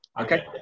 Okay